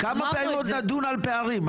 כמה פעמים עוד נדון על פערים?